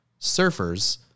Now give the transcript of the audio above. surfers